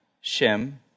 Shem